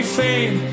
fame